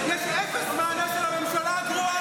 זה לא חוכמה שאתה נוסע,